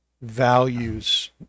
values